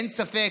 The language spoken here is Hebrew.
אין ספק